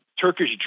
Turkish